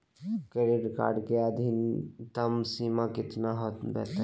Credit card के अधिकतम सीमा कितना होते?